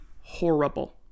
horrible